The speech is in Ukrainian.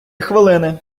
хвилини